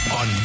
on